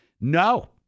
No